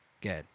good